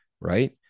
Right